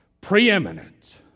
preeminent